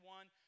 One